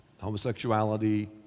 Homosexuality